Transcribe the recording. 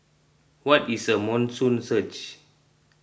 what is a monsoon surge